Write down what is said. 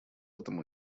этом